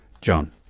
John